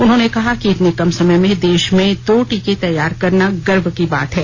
उन्होंने कहा कि इतने कम समय में देश में दो टीके तैयार करना गर्व की बात है